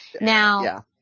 Now